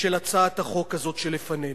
הצעת החוק הזאת שלפנינו.